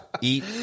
Eat